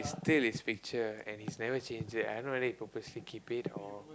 steal his picture and he has never changed it I have no idea he purposely keep it or